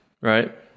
right